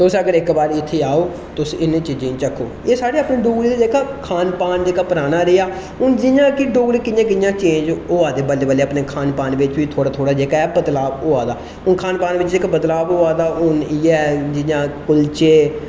तुस अगर इक बार इत्थै आओ तुस इ'नें चीज़ें गी चक्खो एह् साढ़े अपने डोगरें दा जेह्का खान पान पराना रेहा हून जि'यां है कि डोगरे कि'यां कि'यां चेंज होआ दे बल्लें बल्लें अपने खान पान बिच्च बी थोह्ड़ा थोह्ड़ा जेह्का ऐ बदलाब होआ दा हून खान पान च जेहका बदलाब होआ दा हून जि'यां इ'यै कुल्चे